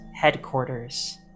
headquarters